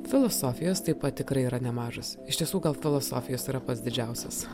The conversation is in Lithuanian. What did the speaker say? filosofijos taip pat tikrai yra nemažas iš tiesų gal filosofijos yra pats didžiausias